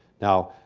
now,